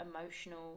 emotional